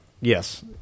Yes